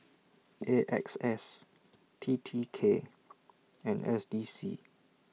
A X S T T K and S D C